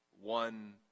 one